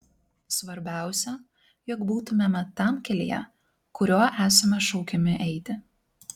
svarbiausia jog būtumėme tam kelyje kuriuo esame šaukiami eiti